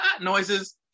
noises